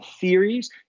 theories